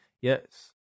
Yes